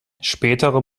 spätere